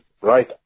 right